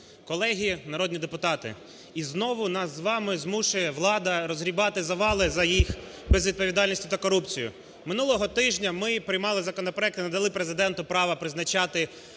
Колеги народні депутати, і знову нас з вами змушує влада розгрібати завали за їх безвідповідальність та корупцію. Минулого тижня ми приймали законопроект та надали Президенту право призначати